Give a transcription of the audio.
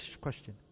question